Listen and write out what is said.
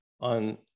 on